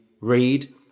read